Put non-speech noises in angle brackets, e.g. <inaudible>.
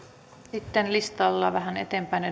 sitten listalla vähän eteenpäin <unintelligible>